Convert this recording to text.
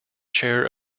chair